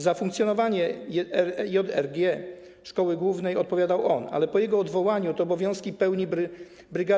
Za funkcjonowanie JRG szkoły głównej odpowiadał on, ale po jego odwołaniu te obowiązki pełni bryg.